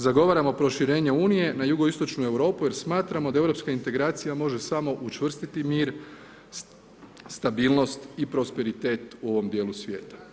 Zagovaramo proširenje Unije na JI Europu jer smatramo da europska integracija može samo učvrstiti mir, stabilnost i prosperitet u ovom djelu svijeta.